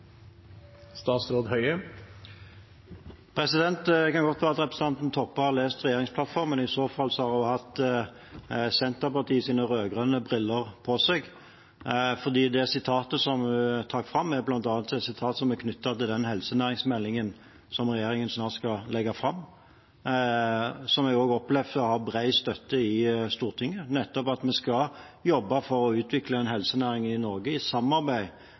kan godt være at representanten Toppe har lest regjeringsplattformen. I så fall har hun hatt Senterpartiets rød-grønne briller på seg, for det sitatet hun trakk fram, er et sitat som bl.a. er knyttet til den helsenæringsmeldingen som regjeringen snart skal legge fram, og som jeg opplever har bred støtte i Stortinget, om at vi skal jobbe for å utvikle en helsenæring i Norge i et samarbeid